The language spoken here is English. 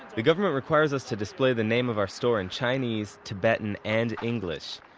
the government requires us to display the name of our store in chinese, tibetan and english.